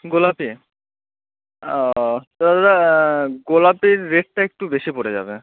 গোলাপি দাদা গোলাপের রেটটা একটু বেশি পড়ে যাবে